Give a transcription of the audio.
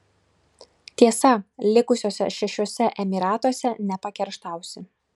tiesa likusiuose šešiuose emyratuose nepakerštausi